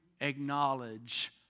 acknowledge